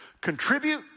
Contribute